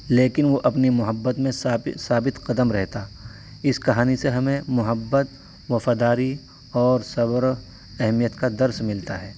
لیکن وہ اپنی محبت میں ثابت قدم رہتا اس کہانی سے ہمیں محبت وفاداری اور صبر اہمیت کا درس ملتا ہے